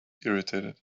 irritated